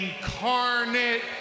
incarnate